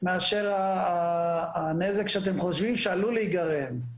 מאשר הנזק שאתם חושבים שעלול להיגרם.